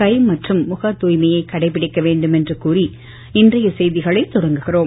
கை மற்றும் முகத் தூய்மையை கடைபிடிக்க வேண்டும் என்று கூறி இன்றைய செய்திகளை தொடங்குகிறோம்